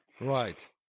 Right